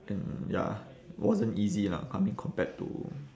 and ya wasn't easy lah I mean compared to